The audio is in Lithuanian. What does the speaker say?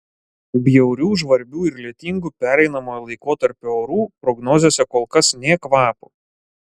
bjaurių žvarbių ir lietingų pereinamojo laikotarpio orų prognozėse kol kas nė kvapo